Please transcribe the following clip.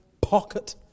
pocket